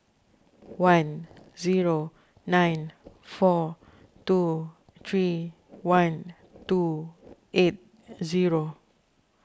one zero nine four two three one two eight zero